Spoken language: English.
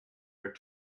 our